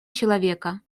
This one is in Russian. человека